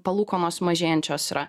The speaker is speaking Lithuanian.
palūkanos mažėjančios yra